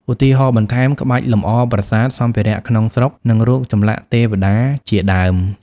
ឧទាហរណ៍បន្ថែម ក្បាច់លម្អប្រាសាទ សម្ភារៈក្នុងស្រុក និងរូបចម្លាក់ទេវតាជាដើម។